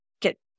get